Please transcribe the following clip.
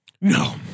No